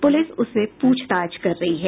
police उससे पूछताछ कर रही है